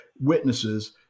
witnesses